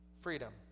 freedom